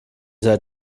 seid